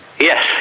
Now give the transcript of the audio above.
yes